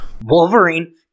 Wolverine